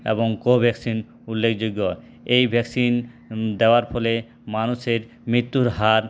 এবং কোভ্যাকসিন উল্লেখযোগ্য এই ভ্যাকসিন দেওয়ার ফলে মানুষের মৃত্যুর হার